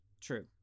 True